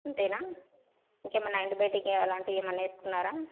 అంతేనా ఇంకేమన్నా ఆంటీబయోటిక్ అలాంటివి ఏమన్నా వేసుకున్నారా